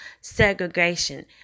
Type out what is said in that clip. segregation